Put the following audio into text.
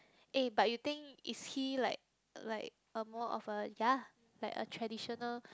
eh but you think is he like like a more of a ya like a traditional